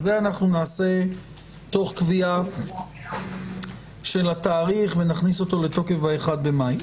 אז זה אנחנו נעשה תוך קביעה של התאריך ונכניס אותו לתוקף ב-1 במאי.